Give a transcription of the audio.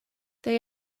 they